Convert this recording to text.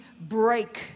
break